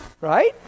right